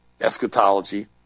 eschatology